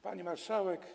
Pani Marszałek!